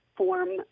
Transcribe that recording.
form